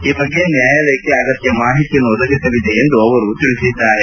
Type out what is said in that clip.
ಈ ಬಗ್ಗೆ ನ್ಕಾಯಾಲಯಕ್ಕೆ ಅಗತ್ಯ ಮಾಹಿತಿಯನ್ನು ಒದಗಿಸಲಿದೆ ಎಂದು ಅವರು ಹೇಳಿದ್ದಾರೆ